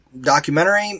documentary